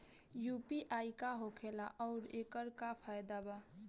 UPI का होखेला आउर एकर का फायदा बा?